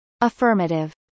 Affirmative